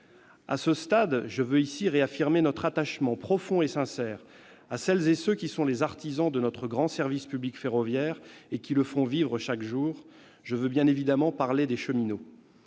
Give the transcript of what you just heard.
À ce stade, je veux réaffirmer notre attachement profond et sincère à celles et ceux qui sont les artisans de notre grand service public ferroviaire et qui le font vivre chaque jour : je veux bien évidemment parler des cheminots.